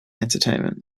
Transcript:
entertainment